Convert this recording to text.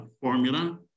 Formula